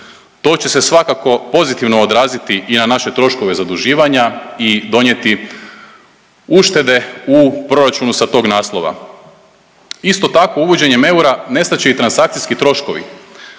To će se svakako pozitivno odraziti i na naše troškove zaduživanja i donijeti uštede u proračunu sa tog naslova. Isto tako, uvođenjem eura nestat će i transakcijski troškovi.